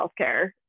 healthcare